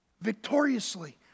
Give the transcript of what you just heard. victoriously